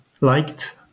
liked